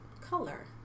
color